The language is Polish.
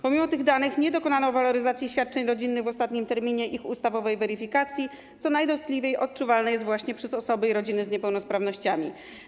Pomimo tych danych nie dokonano waloryzacji świadczeń rodzinnych w ostatnim terminie ich ustawowej weryfikacji, co najdotkliwiej odczuwane jest właśnie przez rodziny osób z niepełnosprawnościami.